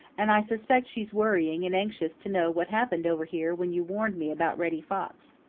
and i suspect she's worrying and anxious to know what happened over here when you warned me about reddy fox.